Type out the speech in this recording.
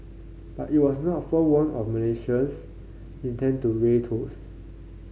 but it was not forewarned of Malaysia's intent to raise tolls